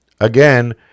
Again